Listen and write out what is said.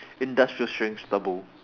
industrial strength stubble